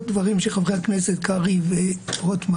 הדברים של חברי הכנסת קרעי ורוטמן.